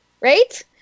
Right